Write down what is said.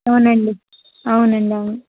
అవునండి అవునండి అవును